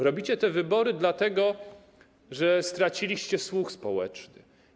Robicie te wybory dlatego, że straciliście słuch społeczny.